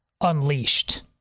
unleashed